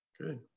good